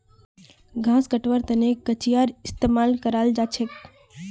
घास कटवार तने कचीयार इस्तेमाल कराल जाछेक